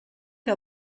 que